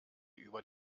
über